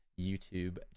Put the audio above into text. YouTube